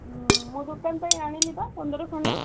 ହୁଁ ମୋ ଦୋକାନ ପାଇଁ ଆଣିଲି ବା ପନ୍ଦର ଖଣ୍ଡ